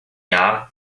jahr